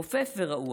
רופף ורעוע.